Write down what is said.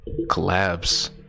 collabs